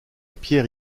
pierre